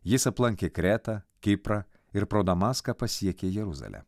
jis aplankė kretą kiprą ir pro damaską pasiekė jeruzalę